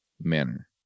manner